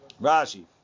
Rashi